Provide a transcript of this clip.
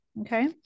Okay